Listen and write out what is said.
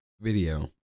video